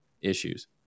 issues